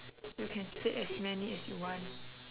you can say as many as you want